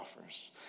offers